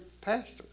pastor